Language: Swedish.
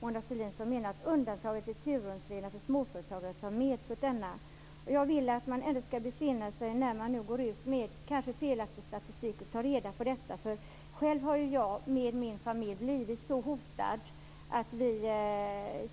Hon menar att undantaget i turordningsreglerna för småföretagare har medför detta. Jag vill att man ska besinna sig när man går ut med statistik som kanske är felaktig. Man ska ta reda på detta. Själv har jag och min familj blivit så hotade att vi